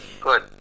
Good